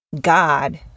God